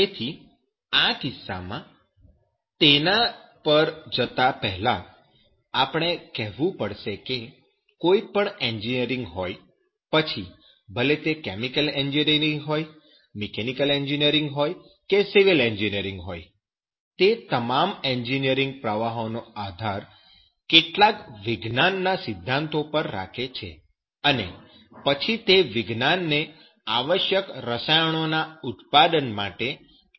તેથી આ કિસ્સામાં તેના પર જતાં પહેલા આપણે કહેવું પડશે કે કોઈ પણ એન્જિનિયરિંગ હોય પછી ભલે તે કેમિકલ એન્જિનિયરિંગ હોય મિકેનિકલ એન્જિનિયરિંગ હોય કે સિવિલ એન્જિનિયરિંગ હોય તે તમામ એન્જિનિયરિંગ પ્રવાહો નો આધાર કેટલાક વિજ્ઞાનના સિદ્ધાંતો પર રાખે છે અને પછી તે વિજ્ઞાનને આવશ્યક રસાયણોના ઉત્પાદન માટે લાગુ કરવામાં આવે છે